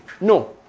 No